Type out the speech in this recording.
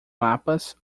mapas